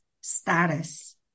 status